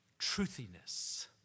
truthiness